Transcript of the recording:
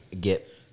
get